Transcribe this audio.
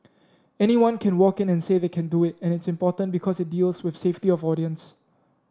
anyone can walk in and say they can do it and it's important because it deals with safety of audience